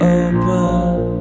open